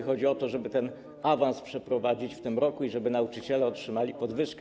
Chodzi o to, żeby ten awans przeprowadzić w tym roku i żeby nauczyciele otrzymali podwyżkę.